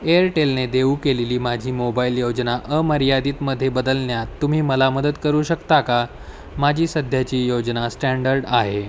एअरटेलने देऊ केलेली माझी मोबाइल योजना अमर्यादितमध्ये बदलण्यात तुम्ही मला मदत करू शकता का माझी सध्याची योजना स्टँडर्ड आहे